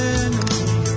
enemy